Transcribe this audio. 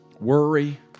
Worry